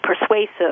persuasive